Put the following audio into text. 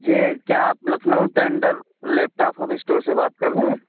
جی کیا آپ Lucknow tender laptop hub store سے بات کر رہے ہیں